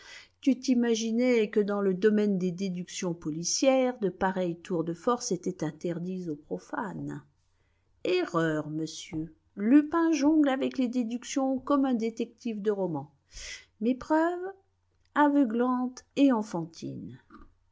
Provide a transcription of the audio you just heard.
tu t'imaginais que dans le domaine des déductions policières de pareils tours de force étaient interdits au profane erreur monsieur lupin jongle avec les déductions comme un détective de roman mes preuves aveuglantes et enfantines